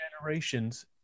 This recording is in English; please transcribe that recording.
generations